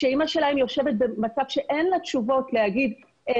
שאימא שלהם יושבת במצב שאין לה תשובות לילד.